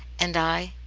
and i,